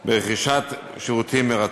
או ברכישת שירותים מרצון'".